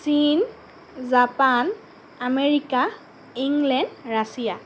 চীন Japan America England Russia